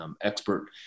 expert